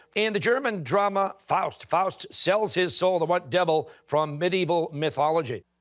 and the german drama faust, faust sells his soul to what devil from medieval mythology?